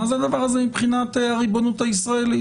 מה זה הדבר הזה מבחינת הריבונות הישראלית?